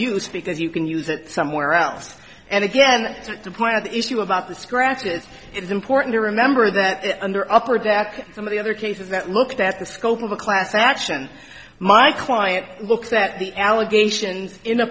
use because you can use it somewhere else and again at the point of the issue about the scratches it's important to remember that under upper back some of the other cases that looked at the scope of a class action my client looks at the allegations in a